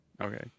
Okay